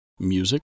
Music